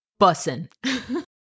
Bussin